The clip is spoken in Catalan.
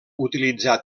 utilitzà